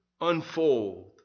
unfold